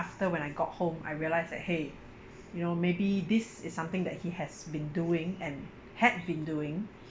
after when I got home I realised that !hey! you know maybe this is something that he has been doing and had been doing